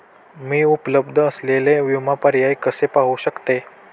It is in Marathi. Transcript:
मी उपलब्ध असलेले विमा पर्याय कसे पाहू शकते?